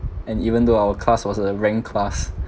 and even though our class was a rank class